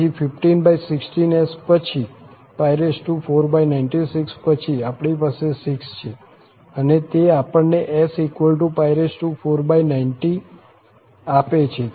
તેથી 1516S પછી 496 પછી આપણી પાસે 6 છે અને તે આપણને S490 આપે છે